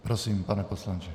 Prosím, pane poslanče.